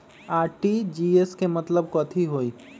RTGS के मतलब कथी होइ?